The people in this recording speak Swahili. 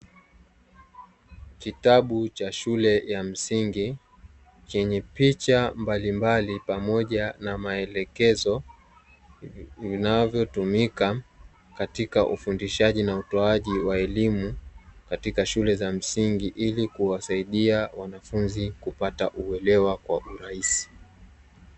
Kitabu cha shule ya msingi chenye picha mbalimbali pamoja na maelekezo vinavyotumika katika ufundishaji na utoaji wa elimu katika shule za msingi ili kuwasaidia wanafunzi kupata uelewa kwa urahisi.